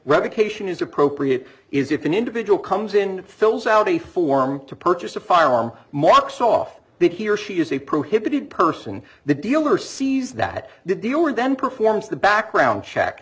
revocation is appropriate is if an individual comes in fills out a form to purchase a firearm mox off that he or she is a prohibited person the dealer sees that the owner then performs the background check